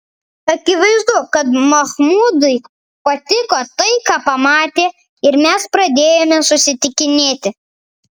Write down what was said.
akivaizdu kad machmudui patiko tai ką pamatė ir mes pradėjome susitikinėti